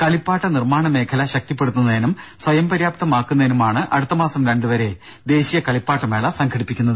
കളിപ്പാട്ട നിർമ്മാണ മേഖല ശക്തിപ്പെടുത്തുന്നതിനും സ്വയംപര്യാപ്തമാക്കുന്നതിനുമാണ് അടുത്തമാസം രണ്ടുവരെ ദേശീയ കളിപ്പാട്ട മേള സംഘടിപ്പിക്കുന്നത്